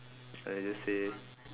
I just say